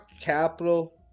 capital